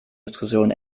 diskussion